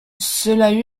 cela